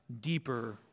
deeper